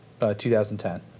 2010